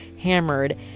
hammered